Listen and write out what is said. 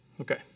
Okay